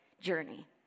journey